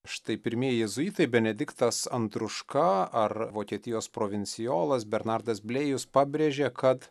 štai pirmieji jėzuitai benediktas andruška ar vokietijos provincijolas bernardas blėjus pabrėžė kad